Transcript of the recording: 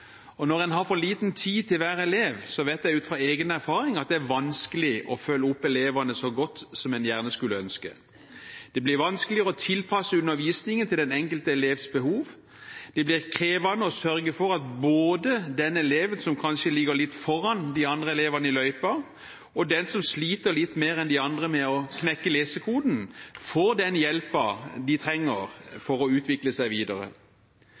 Og når en har for liten tid til hver elev, vet jeg av egen erfaring at det er vanskelig å følge opp elevene så godt som en gjerne skulle ønske. Det blir vanskeligere å tilpasse undervisningen til den enkelte elevs behov. Det blir krevende å sørge for at både den eleven som kanskje ligger litt foran de andre elevene i løypa, og den som sliter litt mer enn de andre med å knekke lesekoden, får den hjelpen de trenger for å utvikle seg videre.